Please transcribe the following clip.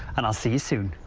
and i'll see you soon.